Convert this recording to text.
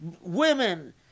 women